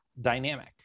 dynamic